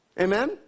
Amen